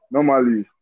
Normally